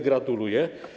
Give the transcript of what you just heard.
Gratuluję.